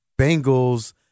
Bengals